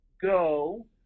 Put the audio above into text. go